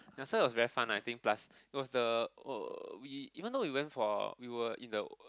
yeah so it was very fun ah I think plus it was the uh we even though we went for we were in the uh